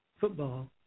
football